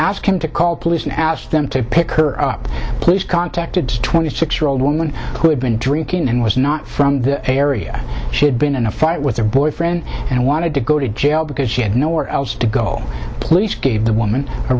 asked him to call police and asked them to pick her up police contacted twenty six year old woman who had been drinking and was not from the area she had been in a fight with her boyfriend and wanted to to go jail because she had nowhere else to go police gave the woman